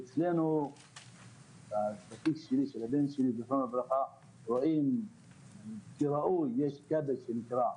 אצלנו במקרה האישי של הבן שלי זכרונו לברכה ראו שהיה כבל שנקרע.